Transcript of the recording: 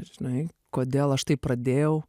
žinai kodėl aš tai pradėjau